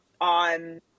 on